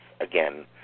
again